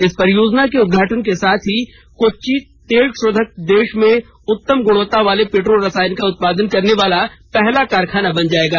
इस परियोजना के उद्घाटन के साथ ही कोच्चि तेलशोधक देश में उत्तम गुणवत्ता वाले पेट्रो रसायन का उत्पादन करने वाला पहला कारखाना बन जाएगा